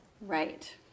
Right